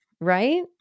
right